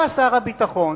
בא שר הביטחון